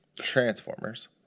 transformers